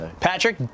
Patrick